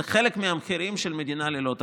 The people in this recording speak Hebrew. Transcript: זה חלק מהמחירים של מדינה ללא תקציב.